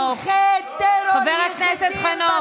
תקראו